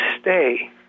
stay